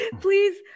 please